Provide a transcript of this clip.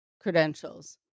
credentials